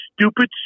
stupid